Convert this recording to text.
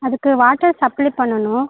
அதுக்கு water supply பண்ணணும்